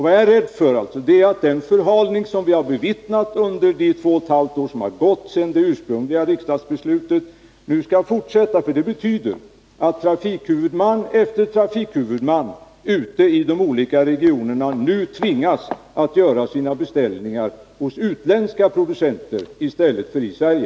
Det jag är rädd för är att den förhalning som vi har bevittnat under de två och ett halvt år som har gått sedan det ursprungliga riksdagsbeslutet nu skall fortsätta. Det betyder att trafikhuvudman efter trafikhuvudman ute i de olika regionerna tvingas att göra sina beställningar hos utländska producenter i stället för i Sverige.